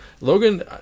Logan